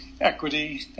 equity